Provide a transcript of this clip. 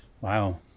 wow